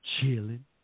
chilling